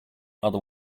other